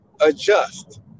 adjust